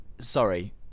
Sorry